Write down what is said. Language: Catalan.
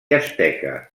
asteca